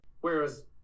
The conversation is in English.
whereas